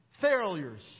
failures